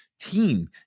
team